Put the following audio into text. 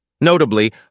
Notably